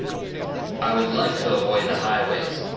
i would like to avoid the highways.